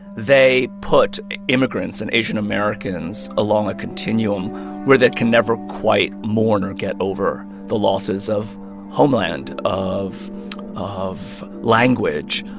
they put immigrants and asian americans along a continuum where they can never quite mourn or get over the losses of homeland, of of language,